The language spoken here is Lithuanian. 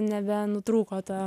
nebenutrūko ta